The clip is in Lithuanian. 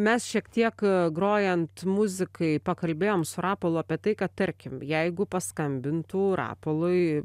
mes šiek tiek grojant muzikai pakalbėjom su rapolu apie tai kad tarkim jeigu paskambintų rapolui